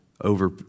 over